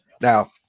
Now